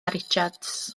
richards